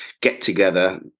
get-together